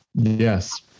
Yes